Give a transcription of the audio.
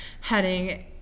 heading